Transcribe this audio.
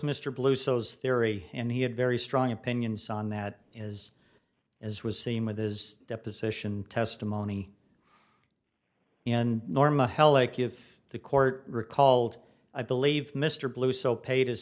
mr blue soz theory and he had very strong opinions on that is as was seen with his deposition testimony in norma heloc if the court recalled i believe mr blue so pa